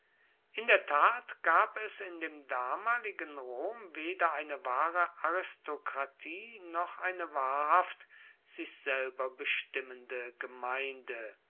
in der tat gab es in dem damaligen rom weder eine wahre aristokratie noch eine wahrhaft sich selber bestimmende gemeinde